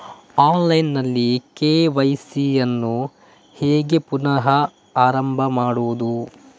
Online ನಲ್ಲಿ KYC ಯನ್ನು ಹೇಗೆ ಪುನಃ ಪ್ರಾರಂಭ ಮಾಡುವುದು?